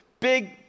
Big